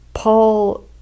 Paul